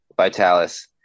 Vitalis